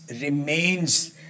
remains